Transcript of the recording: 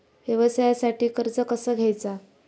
व्यवसायासाठी कर्ज कसा घ्यायचा?